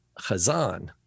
Chazan